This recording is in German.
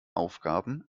aufgaben